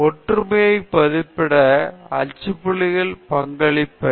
ஒற்றுமையை மதிப்பிட அச்சு புள்ளிகள் பங்களிப்பதில்லை